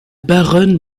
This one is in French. baronne